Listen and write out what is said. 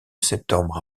septembre